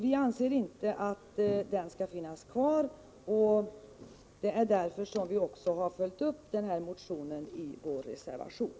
Vi anser inte att den skall finnas kvar, och det är därför som vi har följt upp motionen i vår reservation.